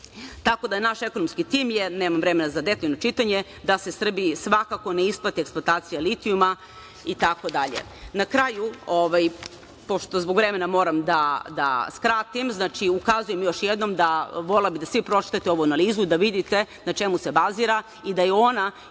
da, naš ekonomski tim je, nemam vremena za detaljno čitanje, da se Srbiji svakako ne isplati eksploatacija litijuma itd. Na kraju, pošto zbog vremena moram da skratim, ukazujem još jednom, volela bih da svi pročitate ovu analizu, da vidite na čemu se bazira i da je ona